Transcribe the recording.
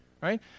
right